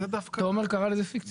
תומר קרא לזה פיקציה.